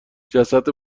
جسد